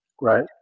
Right